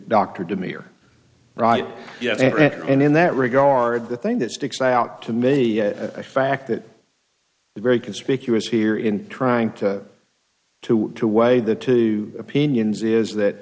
doctor to me are right yes and in that regard the thing that sticks out to me a fact that the very conspicuous here in trying to to to weigh the two opinions is that